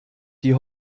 die